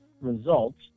results